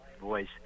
voice